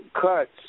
cuts